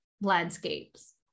landscapes